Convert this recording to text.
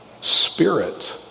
Spirit